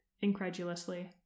incredulously